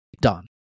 done